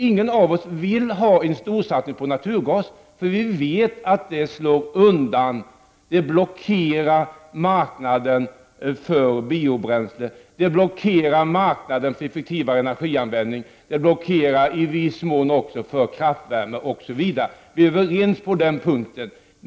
Ingen av oss vill ha en stor satsning på naturgas, eftersom vi vet att detta skulle blockera marknaden för biobränsle, blockera marknaden för effekti vare energianvändning och i viss mån även marknaden för kraftvärme osv. Vi är överens på den punkten.